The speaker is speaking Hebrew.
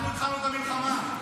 אנחנו התחלנו את המלחמה?